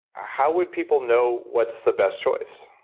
how would people know what's the best choice?